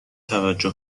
توجه